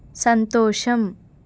సంతోషం